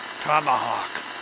Tomahawk